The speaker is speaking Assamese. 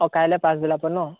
অঁ কাইলৈ পাচবেলা ভিতৰত ন